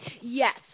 Yes